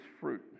fruit